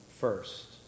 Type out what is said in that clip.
first